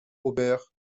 aubert